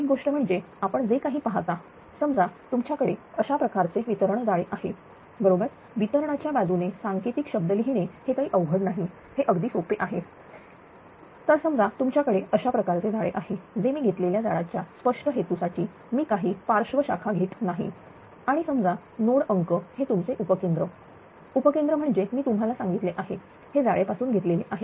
एक गोष्ट म्हणजे आपण जे काही पाहता समजा तुमच्याकडे अशा प्रकारचे वितरण जाळे आहे बरोबर वितरणाच्या बाजूने सांकेतिक शब्द लिहिणे हे काही अवघड नाही हे अगदी सोपे आहे तर समजा तुमच्याकडे अशा प्रकारचे जाळे आहे जे मी घेतलेल्या जाळ्याच्या स्पष्ट हेतूसाठी मी काही पार्श्व शाखा घेत नाही आणि समजा नोड अंक हे तुमचे उपकेंद्र उपकेंद्र म्हणजे मी तुम्हाला सांगितले आहे हे जाळेपासून घेतलेले आहे